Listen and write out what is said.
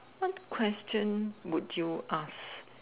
what question would you ask